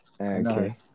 Okay